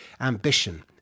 ambition